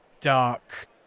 dark